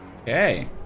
Okay